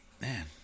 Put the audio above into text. man